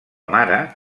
mare